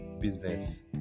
business